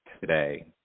today